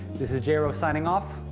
this is j-wro signing off.